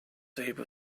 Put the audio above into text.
able